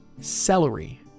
celery